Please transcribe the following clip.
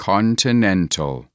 Continental